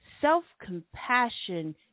Self-compassion